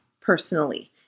personally